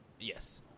Yes